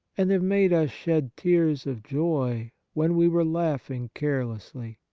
and have made us shed tears of joy when we were laughing carelessly.